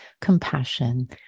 compassion